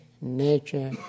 nature